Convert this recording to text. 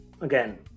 again